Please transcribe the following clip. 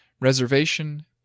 Reservation